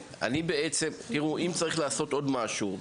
אם צריך לעשות עוד משהו,